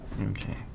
Okay